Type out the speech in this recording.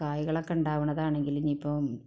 കായ്കൾ ഒക്കെ ഉണ്ടാവുന്നതാണെങ്കിൽ ഇപ്പോൾ